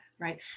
right